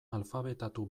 alfabetatu